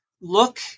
look